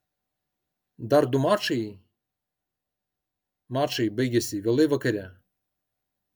dar du mačai mačai baigėsi vėlai vakare